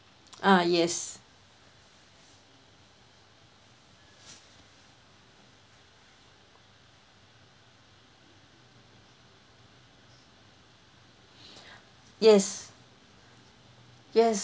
ah yes yes yes